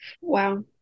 wow